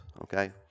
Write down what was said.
okay